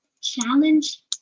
challenge